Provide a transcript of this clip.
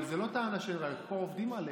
אבל זו לא טענה של ראיות, פה עובדים עליך.